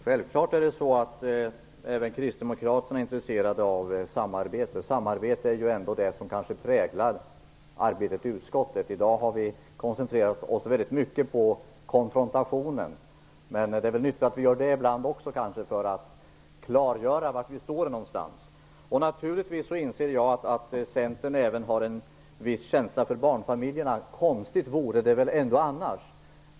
Herr talman! Självklart är även Kristdemokraterna intresserade av samarbete, och samarbete är väl ändå det som präglar arbetet i utskottet. I dag har vi dock väldigt mycket koncentrerat oss på konfrontationen. Det är kanske nyttigt med det också ibland; detta för att kunna klargöra var vi står. Naturligtvis inser jag att Centern även har en viss känsla för barnfamiljerna. Konstigt vore det väl annars.